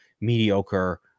mediocre